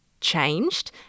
changed